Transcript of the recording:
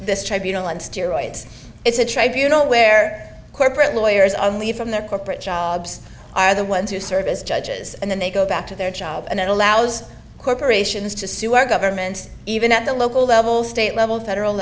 this tribunal and steroids it's a tribunal where corporate lawyers on leave from their corporate jobs are the ones who serve as judges and then they go back to their job and that allows corporations to sue our government even at the local level state level federal